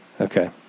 Okay